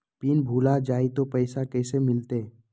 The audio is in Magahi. पिन भूला जाई तो पैसा कैसे मिलते?